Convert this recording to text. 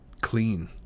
clean